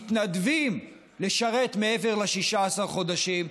מתנדבים לשרת מעבר ל-16 חודשים,